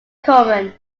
common